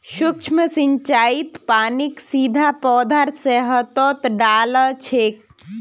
सूक्ष्म सिंचाईत पानीक सीधा पौधार सतहत डा ल छेक